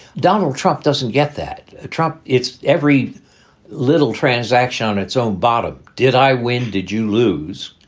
donald trump doesn't get that ah trump. it's every little transaction on its own bottom. did i win? did you lose?